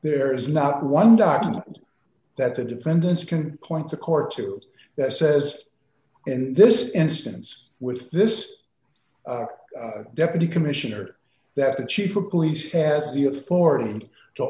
there is not one document that the defendants can point the court to that says in this instance with this deputy commissioner that the chief of police has the authority